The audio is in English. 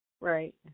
Right